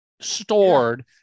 stored